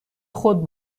خود